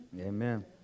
Amen